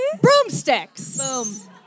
Broomsticks